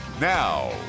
Now